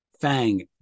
Fang